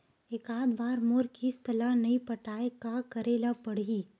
एकात बार मोर किस्त ला नई पटाय का करे ला पड़ही?